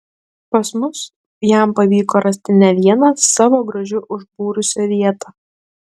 pas mus jam pavyko rasti ne vieną savo grožiu užbūrusią vietą